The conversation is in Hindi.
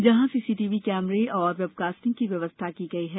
जहां सीसीटीवी और वैबकास्टिंग की व्यवस्था की गई है